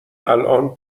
الان